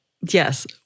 Yes